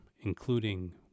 including